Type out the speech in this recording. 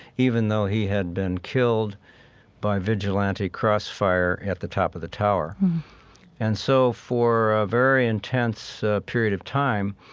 even though he had been killed by vigilante crossfire at the top of the tower and so for a very intense period of time,